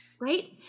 right